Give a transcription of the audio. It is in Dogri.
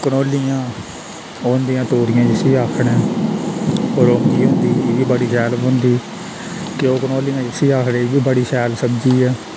कंडोलियां ओह् होंदियां तोरियां जिसी आक्खने रौंगी होंदी एह् बी बड़ी शैल बनदी क्यु कंडोली जिसी आखदे एह् बी बड़ी शैल सब्ज़ी ऐ